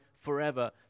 forever